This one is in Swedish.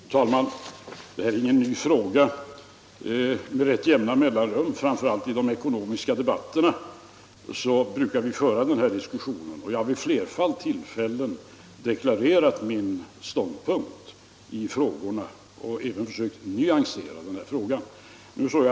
Fru talman! Det här är ingen ny fråga. Med rätt jämna mellanrum, framför allt i de ekonomiska debatterna, brukar vi föra den här diskussionen. Jag har vid ett flertal tillfällen deklarerat min ståndpunkt och även försökt nyansera frågan som sådan.